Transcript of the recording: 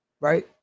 right